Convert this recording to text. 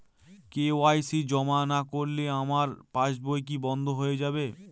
KYC জমা না করলে আমার পাসবই কি বন্ধ হয়ে যাবে?